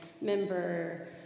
member